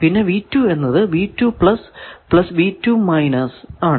പിന്നെ എന്നത് ആണ്